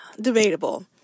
debatable